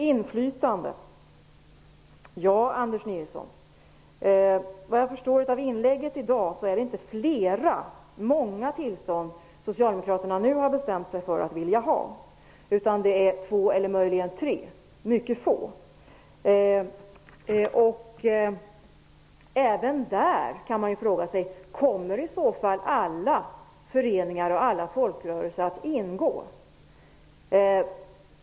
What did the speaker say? Vidare var det frågan om inflytandet. Vad jag förstår av Anders Nilssons inlägg i dag är det inte flera tillstånd Socialdemokraterna har bestämt sig för att vilja ha. Det är fråga om två eller möjligen tre, dvs. få. Även här kan man fråga sig om alla föreningar och folkrörelser kommer att ingå.